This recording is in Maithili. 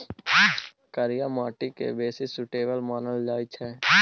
करिया माटि केँ बेसी सुटेबल मानल जाइ छै